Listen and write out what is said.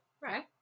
right